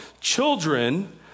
Children